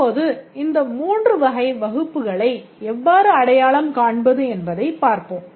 இப்போது இந்த 3 வகை வகுப்புகளை எவ்வாறு அடையாளம் காண்பது என்பதைப் பார்ப்போம்